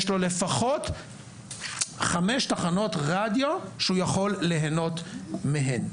יש לו לפחות 5 תחנות רדיו שהוא יכול ליהנות מהן,